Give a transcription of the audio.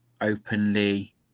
openly